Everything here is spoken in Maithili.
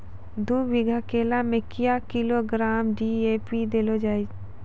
दू बीघा केला मैं क्या किलोग्राम डी.ए.पी देले जाय?